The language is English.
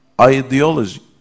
ideology